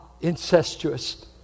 incestuous